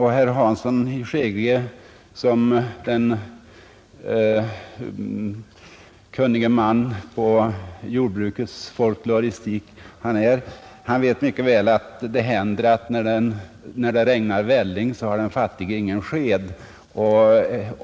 Herr Hansson i Skegrie, som den kunnige man han är när det gäller jordbrukets folkloristik vet mycket väl att det händer att när det regnar välling har den fattige ingen sked.